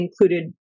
included